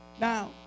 Now